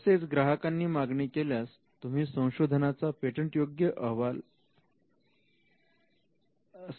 तसेच ग्राहकांनी मागणी केल्यास तुम्ही संशोधनाचा पेटंट योग्य असल्याचा अहवाल देऊ शकता